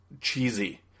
cheesy